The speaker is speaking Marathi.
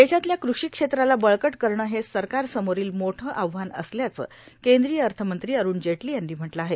देशातल्या कृषी क्षेत्राला बळकट करणं हे सरकारसमोराल मोठं आव्हान असल्याचं कद्रीय अथमंत्री अरुण जेटलां यांनी म्हटलं आहे